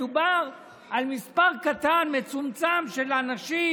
מדובר על מספר קטן, מצומצם, של אנשים